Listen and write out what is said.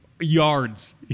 Yards